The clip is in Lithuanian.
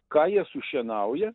ką jie su šienauja